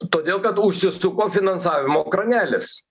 todėl kad užsisuko finansavimo kranelis